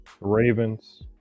Ravens